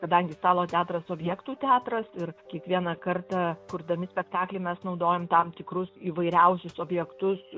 kadangi stalo teatras objektų teatras ir kiekvieną kartą kurdami spektaklį mes naudojam ta tam tikrus įvairiausius objektus